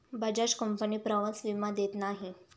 Bajaj company प्रवास विमा देत नाही